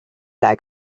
like